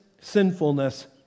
sinfulness